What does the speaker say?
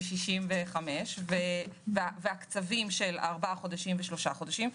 65 ואת הקצבים של ארבעה חודשים ושלושה חודשים.